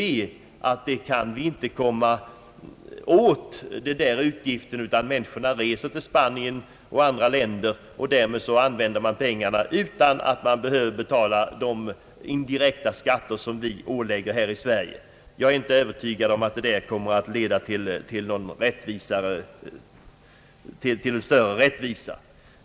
Vi kan inte komma åt dessa utgifter, utan människorna reser till Spanien och andra länder, där de använder pengarna utan att behöva betala de indirekta skatter som vi pålägger här i Sverige. Jag är inte övertygad om att detta leder till någon större rättvisa.